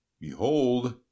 Behold